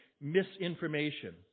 misinformation